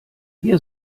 hier